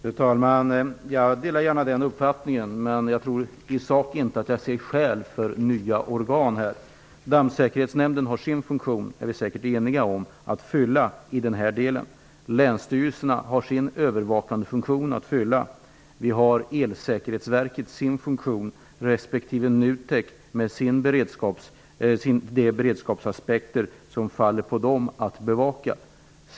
Fru talman! Jag delar gärna den uppfattningen. Men jag ser i sak inte skäl för att tillskapa nya organ. Dammsäkerhetsnämnden har sin funktion att fylla i denna del, och det är vi säkert eniga om. Länsstyrelserna har en övervakande funktion. Elsäkerhetsverket har sin funktion, och NUTEK har att tillse de beredskapsaspekter som faller på det att bevaka.